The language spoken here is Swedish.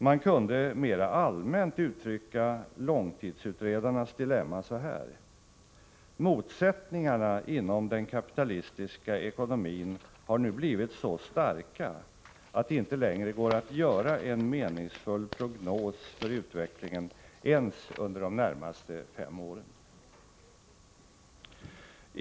Man kunde mera allmänt uttrycka långtidsutredarnas dilemma så här: Motsättningarna inom den kapitalistiska ekonomin har nu blivit så starka, att det inte längre går att göra en meningsfull prognos för utvecklingen ens under de närmaste fem åren.